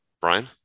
Brian